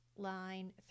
line